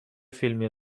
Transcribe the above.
فیلمی